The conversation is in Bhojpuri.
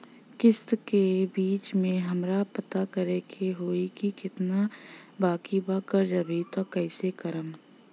किश्त के बीच मे हमरा पता करे होई की केतना बाकी बा कर्जा अभी त कइसे करम?